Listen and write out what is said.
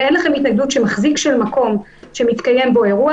ואין לכם התנגדות שמחזיק של מקום שמתקיים בו אירוע,